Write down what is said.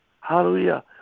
Hallelujah